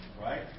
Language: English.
Right